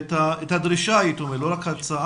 העלו כאן את הדרישה, לא רק הצעה,